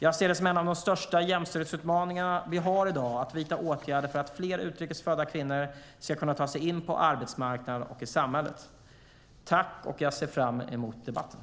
Jag ser det som en av de största jämställdhetsutmaningarna vi har i dag att vidta åtgärder för att fler utrikes födda kvinnor ska kunna ta sig in på arbetsmarknaden och i samhället. Jag ser fram emot debatten.